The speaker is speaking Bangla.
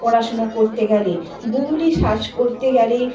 পড়াশুনো করতে গেলে গুগুলই সার্চ করতে গেলে